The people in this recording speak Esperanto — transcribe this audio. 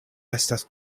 estas